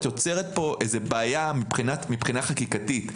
את יוצרת פה בעיה מבחינה חקיקתית,